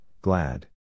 glad